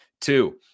Two